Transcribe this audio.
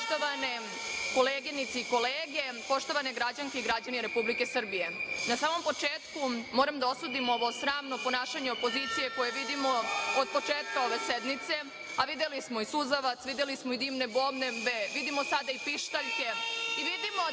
poštovane koleginice i kolege, poštovane građanke i građani Republike Srbije, na samom početku moram da osudim ovo sramno ponašanje opozicije koje vidimo od početka ove sednice, a videli smo i suzavac, videli smo i dimne bombe, vidimo sada i pištaljke i vidimo da